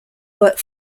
work